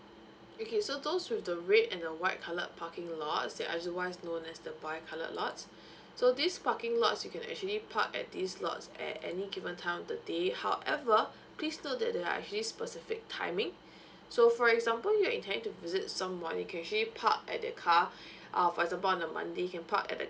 okay so those with the red and the white coloured parking lot instead otherwise known as the bi coloured lots so these parking lots you can actually park at these lots at any given time of the day however please note that there are actually specific timing so for example you're intending to visit someone you can actually park at that car uh for example on the monday you can park at th~